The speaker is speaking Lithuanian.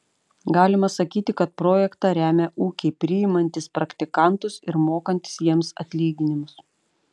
galima sakyti kad projektą remia ūkiai priimantys praktikantus ir mokantys jiems atlyginimus